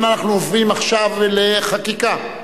אנחנו עוברים עכשיו לחקיקה.